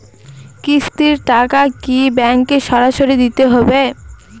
কিস্তির টাকা কি ব্যাঙ্কে সরাসরি দিতে হবে?